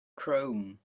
chrome